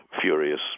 furious